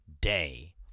day